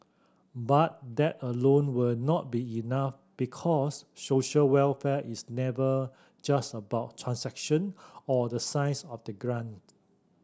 but that alone will not be enough because social welfare is never just about transaction or the size of the grant